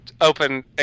open